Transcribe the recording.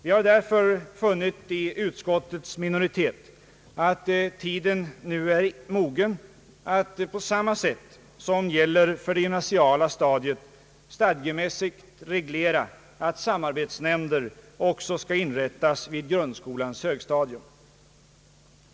Vi har därför funnit i utskottets minoritet att tiden nu är mogen att på samma sätt som gäller för det gymnasiala stadiet stadgemässigt reglera att samarbetsnämnder också skall inrättas vid grundskolans högstadium.